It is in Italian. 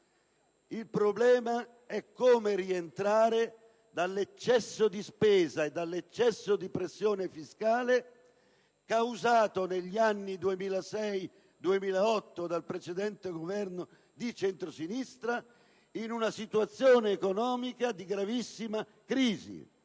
il problema è come rientrare dall'eccesso di spesa e dall'eccesso di pressione fiscale, causato negli anni 2006-2008 dal precedente Governo di centrosinistra, in una situazione economica di gravissima crisi.